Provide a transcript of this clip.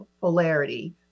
polarity